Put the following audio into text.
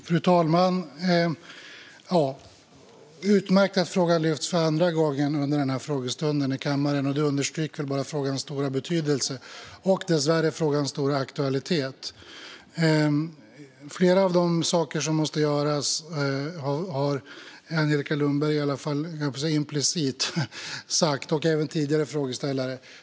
Fru talman! Det är utmärkt att frågan lyfts upp för andra gången under den här frågestunden i kammaren. Det understryker frågans stora betydelse och dessvärre frågans stora aktualitet. Flera av de saker som måste göras har Angelica Lundberg sagt, i alla fall implicit. Det gäller även den tidigare frågeställaren.